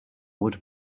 would